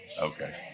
Okay